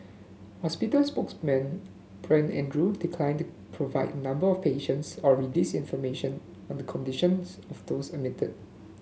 hospital spokesman Brent Andrew declined to provide number of patients or release information on the conditions of those admitted